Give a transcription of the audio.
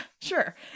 sure